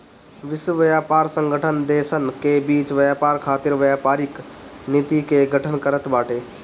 विश्व व्यापार संगठन देसन के बीच व्यापार खातिर व्यापारिक नीति के गठन करत बाटे